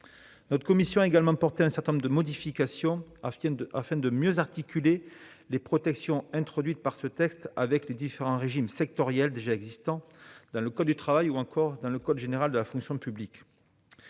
Notre commission a également adopté un certain nombre de modifications visant à mieux articuler les protections introduites par ce texte avec les différents régimes sectoriels déjà existants dans le code du travail ou dans le code général de la fonction publique.